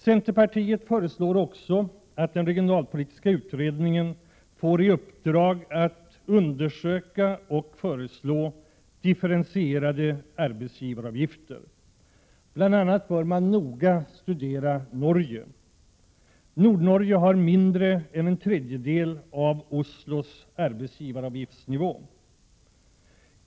Centerpartiet föreslår också att den regionalpolitiska utredningen får i uppdrag att undersöka och föreslå differentierade arbetsgivaravgifter. Bl. a. bör man noga studera Norge. Nordnorge har mindre än en tredjedel av Oslos arbetsgivaravgiftsnivå.